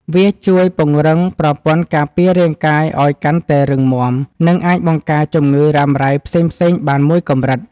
វាជួយពង្រឹងប្រព័ន្ធការពាររាងកាយឱ្យកាន់តែរឹងមាំ និងអាចបង្ការជំងឺរ៉ាំរ៉ៃផ្សេងៗបានមួយកម្រិត។